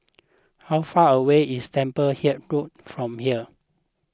how far away is Temple Hill Road from here